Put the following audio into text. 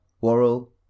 Worrell